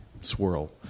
swirl